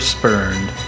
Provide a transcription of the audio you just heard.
Spurned